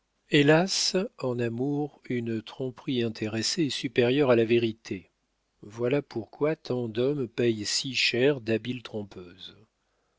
hélas en amour une tromperie intéressée est supérieure à la vérité voilà pourquoi tant d'hommes payent si cher d'habiles trompeuses